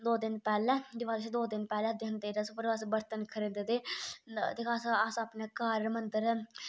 दो दिन पैह्ले दीवाली शा दो दिन पैह्ले धनतेरस उप्पर अस बरतन खरीद दे अस अस आपने घर गै मंदर